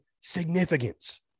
significance